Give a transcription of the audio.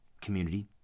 community